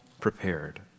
prepared